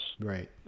Right